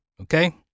Okay